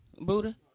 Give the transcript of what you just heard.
Buddha